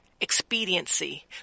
expediency